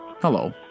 Hello